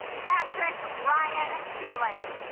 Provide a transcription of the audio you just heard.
patrick ryan kealing